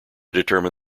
determine